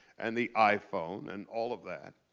and the iphone, and all of that.